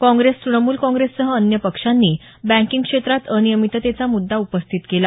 काँग्रेस तृणमूल काँग्रेससह अन्य पक्षांनी बँकिंग क्षेत्रात अनियमिततेचा मुद्दा उपस्थित केला